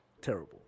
terrible